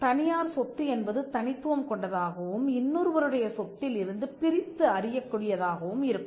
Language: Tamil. தனியார் சொத்து என்பது தனித்துவம் கொண்டதாகவும் இன்னொருவருடைய சொத்தில் இருந்து பிரித்து அறியக்கூடியதாகவும் இருக்கும்